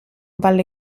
valle